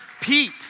Pete